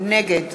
נגד